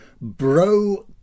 bro